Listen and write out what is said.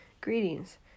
Greetings